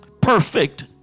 Perfect